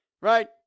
Right